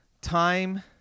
time